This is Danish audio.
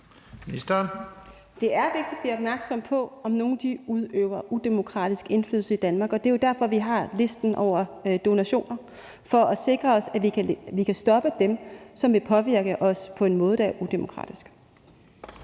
Det er vigtigt, at vi er opmærksomme på, om nogen udøver udemokratisk indflydelse i Danmark, og det er jo derfor, vi har listen over donationer. Det er for at sikre os, at vi kan stoppe dem, som vil påvirke os på en måde, der er udemokratisk.